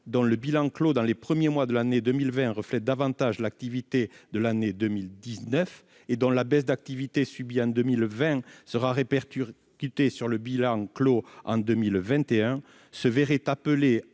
dont le bilan clos dans les premiers mois de l'année 2020 reflète davantage l'activité de l'année 2019 et dont la baisse d'activité subie en 2020 sera répercutée sur le bilan clos en 2021 se verrait appeler,